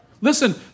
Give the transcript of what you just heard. Listen